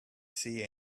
say